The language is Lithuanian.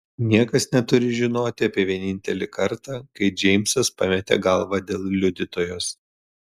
niekas neturi žinoti apie vienintelį kartą kai džeimsas pametė galvą dėl liudytojos